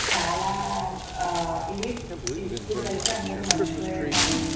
చాలా ఆ ఇవి ఇప్పుడు అయితే అందరు మర్చిపోయారు కానీ